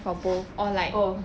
oh